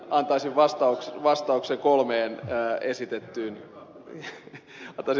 antaisin vastauksen kolmeen esitettyyn kysymykseen